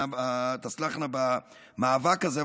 במאבק הזה.